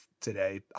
today